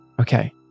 Okay